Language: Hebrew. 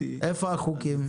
איפה החוקים?